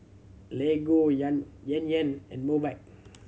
Lego Yan Yan and Mobike